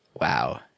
Wow